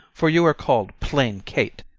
for you are call'd plain kate,